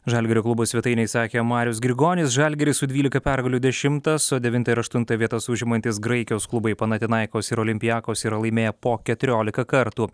žalgirio klubo svetainei sakė marius grigonis žalgiris su dvylika pergalių dešimtas o devintą ir aštuntą vietas užimantys graikijos klubai panathinaikos ir olympiakos yra laimėję po keturiolika kartų